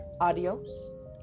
adios